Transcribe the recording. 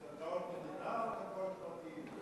אתה מדבר על קרקעות מדינה או על קרקעות פרטיות?